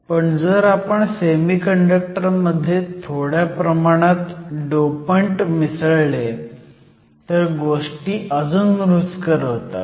पण जर आपण सेमीकंडक्टर मध्ये थोड्या प्रमाणात डोपंट मिसळले तर गोष्टी अजून रुचकर होतात